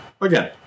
Again